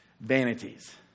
vanities